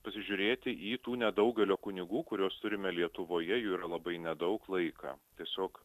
pasižiūrėti į tų nedaugelio kunigų kuriuos turime lietuvoje jų yra labai nedaug laiką tiesiog